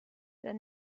der